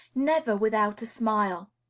never without a smile.